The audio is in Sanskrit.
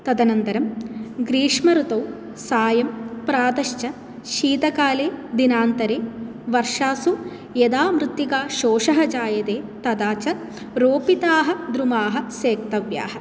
तदनन्तरं ग्रीष्मऋतौ सायं प्रातश्च शीतकाले दिनान्तरे वर्षासु यदा मृत्तिका शोषः जायते तदा च रोपिताः द्रुमाः सेतव्याः